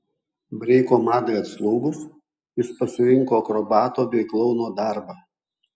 breiko madai atslūgus jis pasirinko akrobato bei klouno darbą